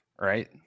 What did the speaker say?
right